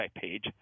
page